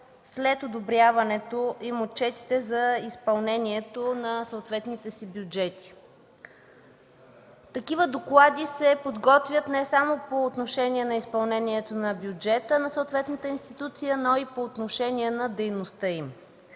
след одобряването им отчети за изпълнение на съответните бюджети. Такива доклади се подготвят не само по отношение на изпълнение на бюджета на съответната институция, но и по отношение на дейността й.